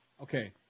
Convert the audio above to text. Okay